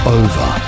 over